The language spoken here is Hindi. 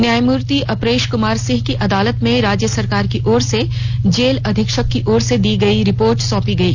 न्यायमूर्ति अपरेष क्मार सिंह की अदालत में राज्य सरकार की ओर से जेल अधीक्षक की ओर से दी गयी रिपोर्ट सौंपी गयी